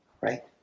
Right